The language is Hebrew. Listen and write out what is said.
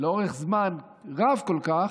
לאורך זמן רב כל כך,